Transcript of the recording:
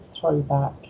throwback